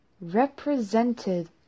represented